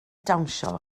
dawnsio